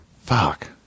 Fuck